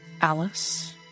alice